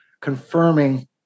confirming